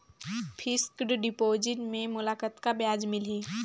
Fixed deposit मे मोला कतका ब्याज मिलही?